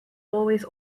always